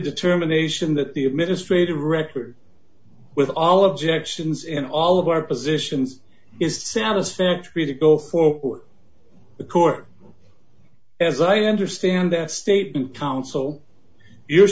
determination that the administrative record with all objections in all of our positions is satisfactory to go forward the court as i understand that statement counsel your